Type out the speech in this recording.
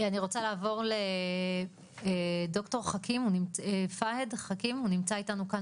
אני רוצה לעבור לד"ר פהד חכים, הוא נמצא איתנו כאן